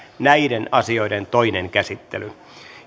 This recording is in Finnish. näiden asioiden toinen käsittely